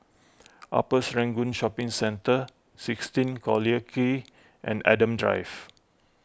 Upper Serangoon Shopping Centre sixteen Collyer Quay and Adam Drive